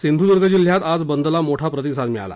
सिंधुद्र्ग जिल्ह्यात आज बंदला मोठा प्रतिसाद मिळाला